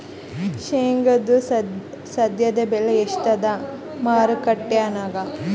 ಶೇಂಗಾದು ಸದ್ಯದಬೆಲೆ ಎಷ್ಟಾದಾ ಮಾರಕೆಟನ್ಯಾಗ?